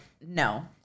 no